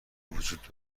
وجود